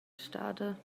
stada